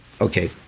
okay